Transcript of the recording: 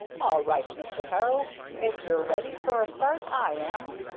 all right, mr. peril if you're ready for a start, i am.